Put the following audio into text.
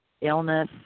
illness